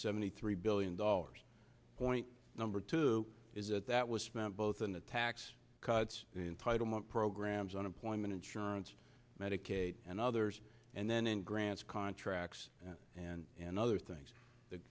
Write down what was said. seventy three billion dollars point number two is that that was spent both in the tax cuts in entitlement programs unemployment insurance medicaid and others and then in grants contracts and other things that